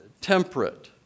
temperate